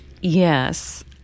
Yes